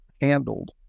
handled